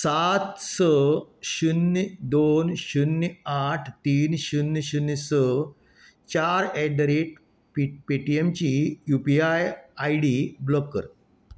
सात स शुन्य दोन शुन्य आठ तीन शुन्य शुन्य स चार एट द रेट पी् पेटीएमची U P I I D block कर